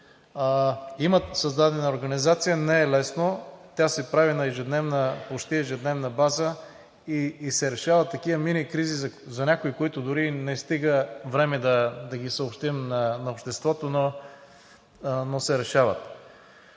Имат създадена организация, не е лесно. Тя се прави на почти ежедневна база и се решават такива мини кризи, за някои дори не стига време, за да ги съобщим на обществото, но се решават.